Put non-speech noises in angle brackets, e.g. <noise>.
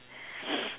<noise>